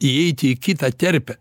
įeiti į kitą terpę